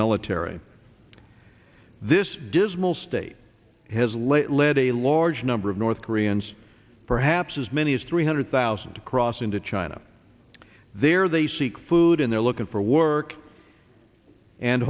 military this dismal state has let led a large number of north koreans perhaps as many as three hundred thousand to cross into china there they seek food and they're looking for work and